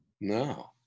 No